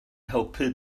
helpu